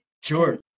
Sure